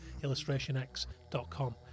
illustrationx.com